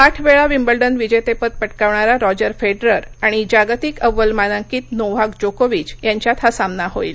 आठ वेळा विम्बल्डन विजेतेपद पटकावणारा रॉजर फेडरर आणि जागतिक अव्वल मानांकित नोव्हाक जोकोविच यांच्यात हा सामना होईल